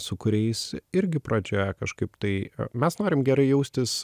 su kuriais irgi pradžioje kažkaip tai mes norim gerai jaustis